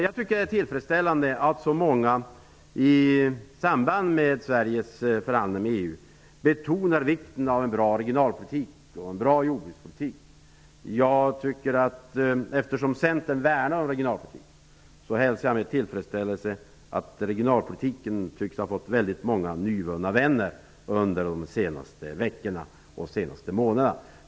Det är tillfredsställande att så många, i samband med Sveriges förhandlingar med EU, betonar vikten av en bra regionalpolitik och jordbrukspolitik. Eftersom Centern värnar om regionalpolitiken hälsar jag med tillfredsställelse att den tycks ha fått många nyvunna vänner under de senaste veckorna och månaderna.